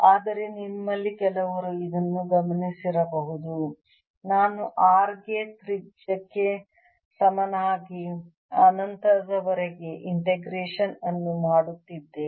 ಆದರೆ ನಿಮ್ಮಲ್ಲಿ ಕೆಲವರು ಇದನ್ನು ಗಮನಿಸಿರಬಹುದು ನಾನು r ಗೆ ತ್ರಿಜ್ಯಕ್ಕೆ ಸಮನಾಗಿ ಅನಂತದವರೆಗೆ ಇಂಟಿಗ್ರೇಷನ್ ಅನ್ನು ಮಾಡುತ್ತಿದ್ದೇನೆ